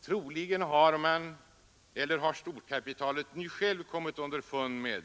Troligen har storkapitalet numera självt kommit underfund med